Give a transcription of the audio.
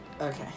Okay